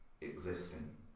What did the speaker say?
existing